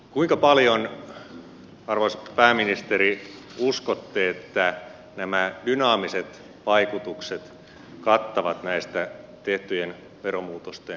kuinka paljon arvoisa pääministeri uskotte että nämä dynaamiset vaikutukset kattavat näistä tehtyjen veromuutosten kustannuksista